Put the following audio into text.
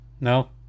No